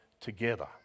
together